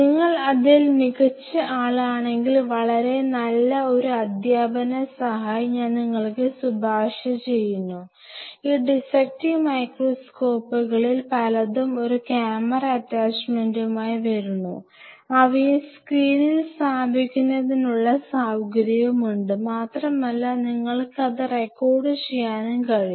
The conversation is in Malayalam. നിങ്ങൾ അതിൽ മികച്ച ആളാണെങ്കിൽ വളരെ നല്ല ഒരു അദ്ധ്യാപന സഹായി ഞാൻ നിങ്ങൾക്ക് ശുപാർശ ചെയ്യുന്നു ഈ ഡിസ്സെറ്റിങ് മൈക്രോസ്കോപ്പുകളിൽ പലതും ഒരു ക്യാമറ അറ്റാച്ചുമെൻറുമായി വരുന്നു അവയെ സ്ക്രീനിൽ സ്ഥാപിക്കുന്നതിനുള്ള സൌകര്യമുണ്ട് മാത്രമല്ല നിങ്ങൾക്ക് അത് റെക്കോർഡു ചെയ്യാനും കഴിയും